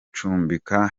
hakurya